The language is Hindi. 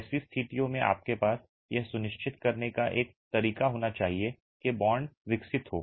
ऐसी स्थितियों में आपके पास यह सुनिश्चित करने का एक तरीका होना चाहिए कि बांड विकसित हो